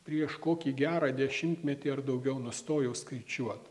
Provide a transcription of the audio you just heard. prieš kokį gerą dešimtmetį ar daugiau nustojau skaičiuot